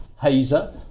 Hazer